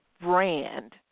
brand